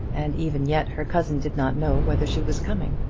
and even yet her cousin did not know whether she was coming.